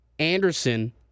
Anderson